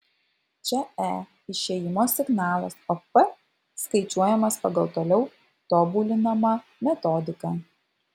čia e išėjimo signalas o p skaičiuojamas pagal toliau tobulinamą metodiką